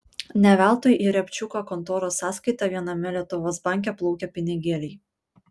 ne veltui į riabčiuko kontoros sąskaitą viename lietuvos banke plaukia pinigėliai